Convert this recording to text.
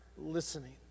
listening